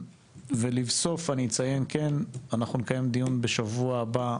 לבסוף אני אציין, אנחנו נקיים דיון בשבוע הבא,